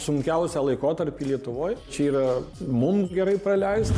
sunkiausią laikotarpį lietuvoj čia yra mum gerai praleist